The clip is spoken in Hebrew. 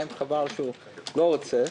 חבל שהוא לא רוצה.